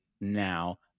now